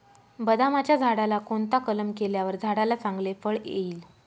बदामाच्या झाडाला कोणता कलम केल्यावर झाडाला चांगले फळ येईल?